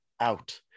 out